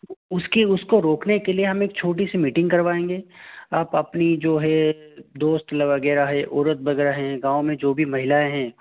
उसकी उसको रोकने के लिए हम एक छोटी सी मीटिंग करवाएंगे आप अपनी जो है दोस्त ल वगैरह है औरत वगैरह हैं गाँव में जो भी महिलाएँ हैं